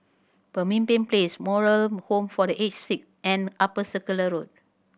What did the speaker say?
Pemimpin Place Moral Home for The Aged Sick and Upper Circular Road